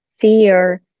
fear